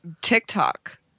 TikTok